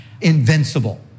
invincible